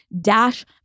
Dash